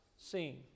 seen